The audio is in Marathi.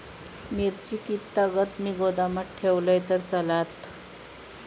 मिरची कीततागत मी गोदामात ठेवलंय तर चालात?